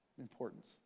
importance